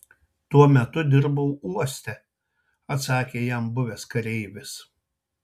tuo metu dirbau uoste atsakė jam buvęs kareivis